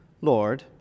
Lord